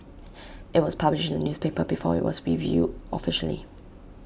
IT was published in the newspaper before IT was revealed officially